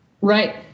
Right